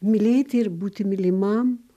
mylėti ir būti mylimam